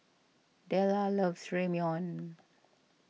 Dellar loves Ramyeon